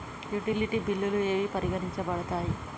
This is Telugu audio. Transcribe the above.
యుటిలిటీ బిల్లులు ఏవి పరిగణించబడతాయి?